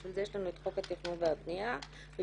בשביל יש לנו את חוק התכנון והבנייה ובשביל